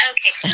Okay